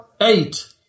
Eight